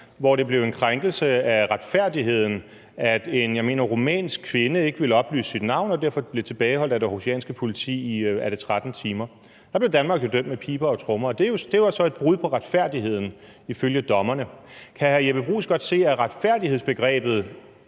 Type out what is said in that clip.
hvor det blev en krænkelse af retfærdigheden, at en rumænsk kvinde, mener jeg det var, ikke ville oplyse sit navn og derfor blev tilbageholdt af det aarhusianske politi i 13 timer, tror jeg det var. Der blev Danmark jo dømt med piber og trommer. Det var så et brud på retfærdigheden ifølge dommerne. Kan hr. Jeppe Bruus godt se, at retfærdighedsbegrebet